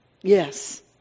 Yes